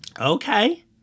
Okay